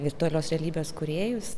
virtualios realybės kūrėjus